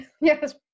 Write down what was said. Yes